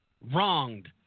wronged